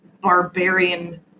barbarian